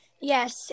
Yes